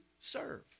serve